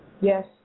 Yes